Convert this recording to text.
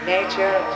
Nature